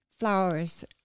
flowers